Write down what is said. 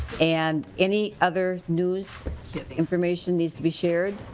and any other news information needs to be shared?